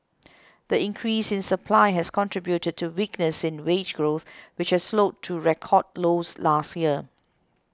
the increase in supply has contributed to weakness in wage growth which slowed to record lows last year